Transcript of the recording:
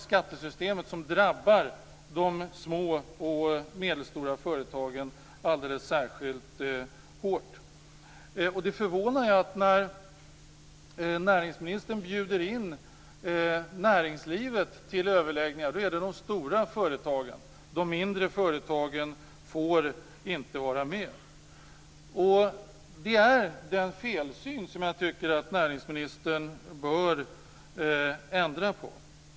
Det drabbar de små och medelstora företagen alldeles särskilt hårt. Och det förvånar att när näringsministern bjuder in näringslivet till överläggningar gäller det de stora företagen. De mindre företagen får inte vara med. Det är en felsyn som jag tycker att näringsministern bör ändra på.